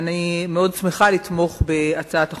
אני מאוד שמחה לתמוך בהצעת החוק,